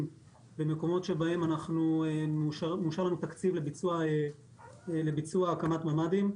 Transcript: במקומות שבהם מאושר לנו תקציב לביצוע הקמת ממ"דים.